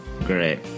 Great